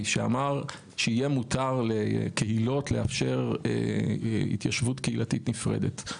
שאמר שיהיה מותר לקהילות לאפשר התיישבות קהילתית נפרדת.